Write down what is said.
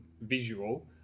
visual